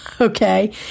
okay